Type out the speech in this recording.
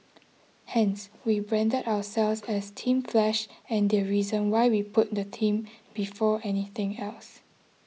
hence we branded ourselves as Team Flash and the reason why we put the team before anything else